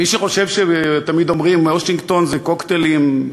מי שחושב, תמיד אומרים: וושינגטון זה קוקטיילים,